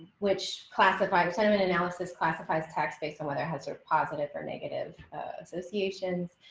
which classified sentiment analysis classifies tax based whether hazard positive or negative associations.